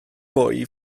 mwy